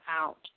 out